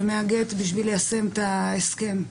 ומהגט בשביל ליישם את ההסכם.